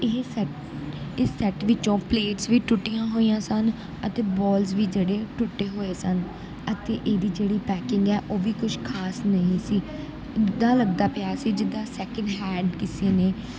ਇਹ ਸੈੱਟ ਇਸ ਸੈੱਟ ਵਿੱਚੋਂ ਪਲੇਟਸ ਵੀ ਟੁੱਟੀਆਂ ਹੋਈਆਂ ਸਨ ਅਤੇ ਬੋਲਸ ਵੀ ਜਿਹੜੇ ਟੁੱਟੇ ਹੋਏ ਸਨ ਅਤੇ ਇਹਦੀ ਜਿਹੜੀ ਪੈਕਿੰਗ ਹੈ ਉਹ ਵੀ ਕੁਝ ਖਾਸ ਨਹੀਂ ਸੀ ਇੱਦਾਂ ਲੱਗਦਾ ਪਿਆ ਸੀ ਜਿੱਦਾਂ ਸੈਕਿੰਡ ਹੈਂਡ ਕਿਸੇ ਨੇ